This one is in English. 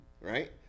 right